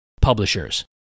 Publishers